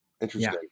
Interesting